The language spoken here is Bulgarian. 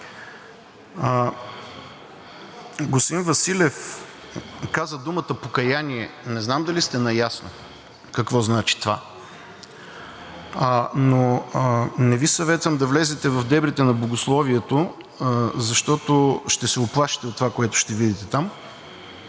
Господин Василев каза думата „покаяние“. Не знам дали сте наясно какво значи това, но не Ви съветвам да влезете в дебрите на богословието, защото ще се уплашите от това, което ще видите там.